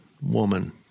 woman